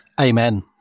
Amen